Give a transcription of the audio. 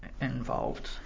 involved